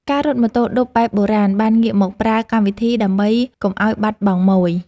អ្នករត់ម៉ូតូឌុបបែបបុរាណ បានងាកមកប្រើកម្មវិធីដើម្បីកុំឱ្យបាត់បង់ម៉ូយ។